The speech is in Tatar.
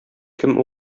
кем